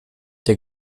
der